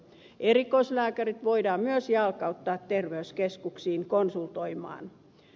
erikoislääkärit voidaan myös jalkauttaa terveyskeskuksiin konsultoimaan